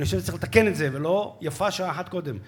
ואני חושב שצריך לתקן את זה, ויפה שעה אחת קודם.